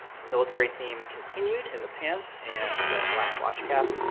the military theme continued in the pants, and the black watch cap.